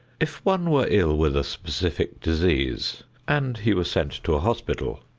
if one were ill with a specific disease and he were sent to a hospital,